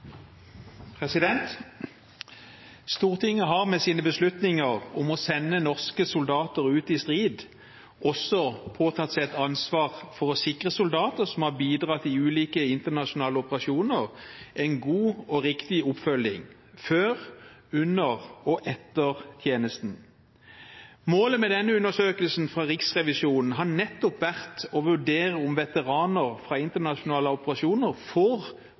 Stortinget har med sine beslutninger om å sende norske soldater ut i strid også påtatt seg et ansvar for å sikre soldater som har bidratt i ulike internasjonale operasjoner, en god og riktig oppfølging før, under og etter tjenesten. Målet med denne undersøkelsen fra Riksrevisjonen har nettopp vært å vurdere om veteraner fra internasjonale operasjoner får